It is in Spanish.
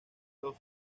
los